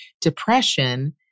depression